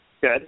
Good